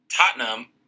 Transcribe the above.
Tottenham